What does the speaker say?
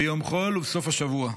ביום חול ובסוף השבוע.